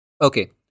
okay